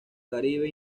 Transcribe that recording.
caribe